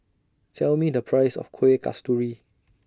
Tell Me The Price of Kueh Kasturi